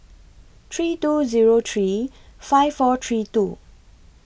three two Zero three five four three two